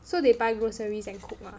so they buy groceries and cook ah